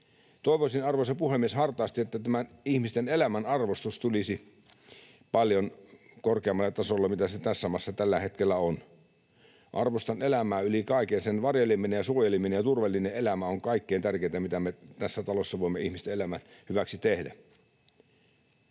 Toivoisin, arvoisa puhemies, hartaasti, että tämä ihmisten elämän arvostus tulisi paljon korkeammalle tasolle kuin se tässä maassa tällä hetkellä on. Arvostan elämää yli kaiken. Sen varjeleminen ja suojeleminen ja turvallinen elämä on kaikkein tärkeintä, mitä me tässä talossa voimme ihmisten elämän hyväksi tehdä.